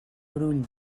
brull